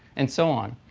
and so on.